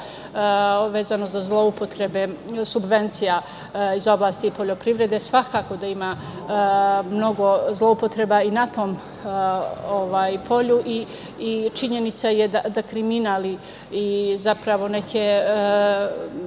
vezano za zloupotrebe subvencija iz oblasti poljoprivrede. Svakako da ima mnogo zloupotreba i na tom polju i činjenica je da kriminal i neke